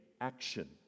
action